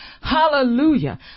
Hallelujah